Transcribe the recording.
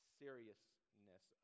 seriousness